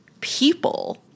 people